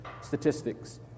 statistics